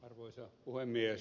arvoisa puhemies